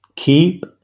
Keep